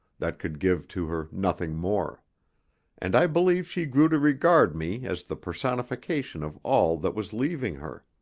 that could give to her nothing more and i believe she grew to regard me as the personification of all that was leaving her.